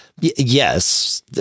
yes